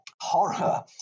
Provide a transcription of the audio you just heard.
horror